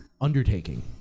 undertaking